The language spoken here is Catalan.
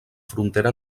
frontera